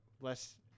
less